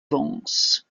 vence